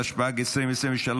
התשפ"ג 2023,